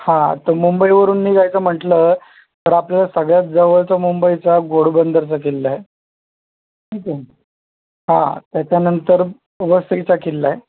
हां तर मुंबईवरून निघायचं म्हटलं तर आपल्याला सगळ्यात जवळचा मुंबईचा घोडबंदरचा किल्ला आहे ठीक आहे हां त्याच्यानंतर वसईचा किल्ला आहे